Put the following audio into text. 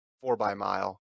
four-by-mile